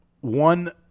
one